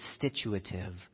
constitutive